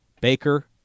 Baker